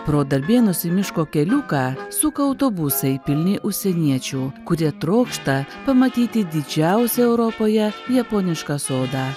pro darbėnus į miško keliuką suka autobusai pilni užsieniečių kurie trokšta pamatyti didžiausią europoje japonišką sodą